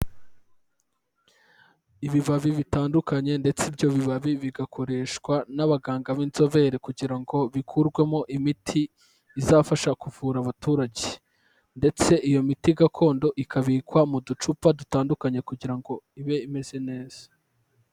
Ibibabi bitandukanye ndetse ibyo bibabi bigakoreshwa n'abaganga b'inzobere kugira ngo bikurwemo imiti izafasha kuvura abaturage ndetse iyo miti gakondo ikabikwa mu ducupa dutandukanye kugira ngo ibe imeze neza.